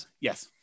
Yes